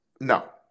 no